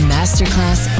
Masterclass